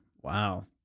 Wow